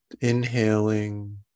inhaling